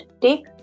take